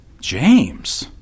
James